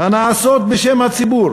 הנעשות בשם הציבור